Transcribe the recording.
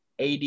AD